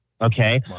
Okay